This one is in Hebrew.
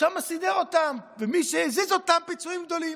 שם סידר אותם, ומי שהזיז אותם, פיצויים גדולים.